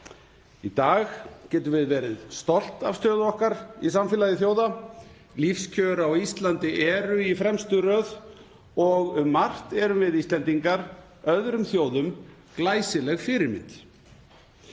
Í dag getum við verið stolt af stöðu okkar í samfélagi þjóða, lífskjör eru í fremstu röð og um margt erum við Íslendingar öðrum þjóðum glæsileg fyrirmynd.